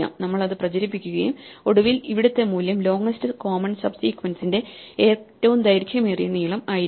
നമ്മൾ അത് പ്രചരിപ്പിക്കുകയും ഒടുവിൽ ഇവിടുത്തെ മൂല്യം ലോങ്ങ്സ്റ്റ് കോമൺ സബ് സീക്വൻസ് ന്റെ ഏറ്റവും ദൈർഘ്യമേറിയ നീളം ആയിരിക്കും